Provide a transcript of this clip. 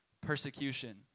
persecution